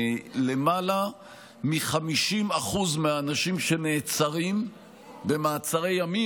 למעלה מ-50% מהאנשים שנעצרים במעצרי ימים,